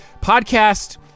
podcast